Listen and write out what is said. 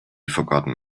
forgotten